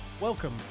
Welcome